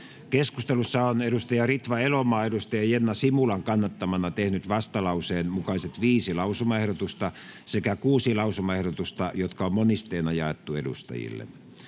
Keskustelussa on Ritva Elomaa Jenna Simulan kannattamana tehnyt vastalauseen mukaiset viisi lausumaehdotusta sekä kuusi lausumaehdotusta, jotka on monisteena jaettu edustajille.